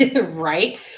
Right